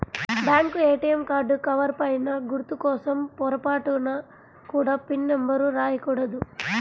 bank ATM card cover పైన గుర్తు కోసం పొరపాటున కూడా పిన్ నెంబర్ రాయకూడదు